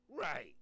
Right